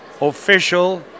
official